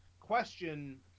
question